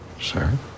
Sir